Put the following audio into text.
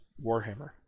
Warhammer